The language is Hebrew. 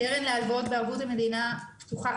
הקרן להלוואות בערבות המדינה פתוחה.